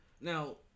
Now